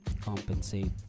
compensate